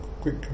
quick